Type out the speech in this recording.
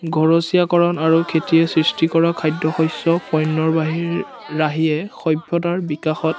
ঘৰচীয়াকৰণ আৰু খেতিয়ে সৃষ্টি কৰা খাদ্য শস্য পণ্য বাহি ৰাহীয়ে সভ্যতাৰ বিকাশত